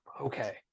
okay